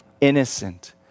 Innocent